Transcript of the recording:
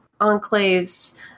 enclaves